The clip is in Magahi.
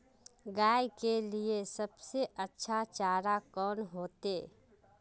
गाय के लिए सबसे अच्छा चारा कौन होते?